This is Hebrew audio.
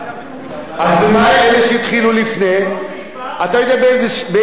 אתה יודע באיזה גיל מתחילים לעבוד בבניין?